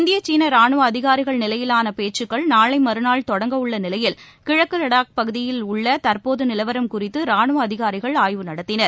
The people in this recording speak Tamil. இந்திய சீன ராணுவ அதிகாரிகள் நிலையிலான பேச்சுக்கள் நாளை மறுநாள் தொடங்கவுள்ள நிலையில் கிழக்கு லடாக்கில் உள்ள தற்போதுள்ள நிலவரம் குறித்து ரானுவ அதிகாரிகள் ஆய்வு நடத்தினர்